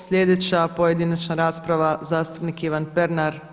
Sljedeća pojedinačna rasprava zastupnik Ivan Pernar.